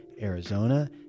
Arizona